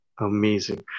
amazing